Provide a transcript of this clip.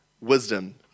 wisdom